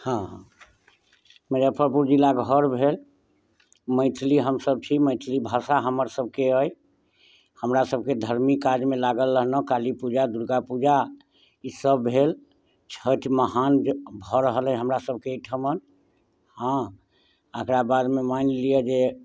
हँ मुजफ्फरपुर जिला घर भेल मैथिली हमसब छी मैथली भाषा हमर सबके अइ हमरा सबके धर्मी काजमे लागल रहलहुँ काली पूजा दुर्गापूजा ई सब भेल छैठ महान भऽ रहल अइ हमरा सबके अइ ठमन हँ एकरा बादमे मानि लिऽ जे